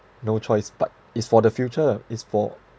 no choice but is for the future is for